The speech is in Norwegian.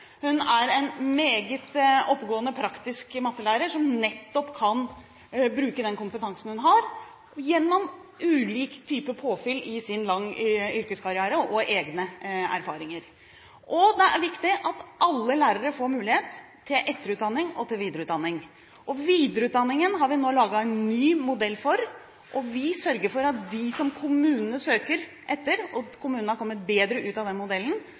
Hun er en meget oppegående praktisk mattelærer som nettopp kan bruke den kompetansen hun har fått gjennom ulike typer påfyll og egne erfaringer i sin lange yrkeskarriere. Det er viktig at alle lærere får mulighet til etter- og videreutdanning. Videreutdanningen har vi nå laget en ny modell for, vi sørger for at de som kommunene søker for – og kommunene har kommet bedre ut av den modellen